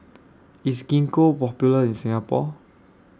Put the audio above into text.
IS Gingko Popular in Singapore